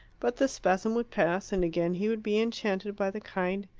but the spasm would pass, and again he would be enchanted by the kind,